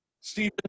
Stephen